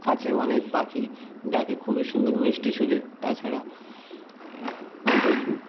গাছে অনেক পাখি ডাকে খুবই সুন্দর মিষ্টি সুরে তাছাড়া আমাদের